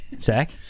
Zach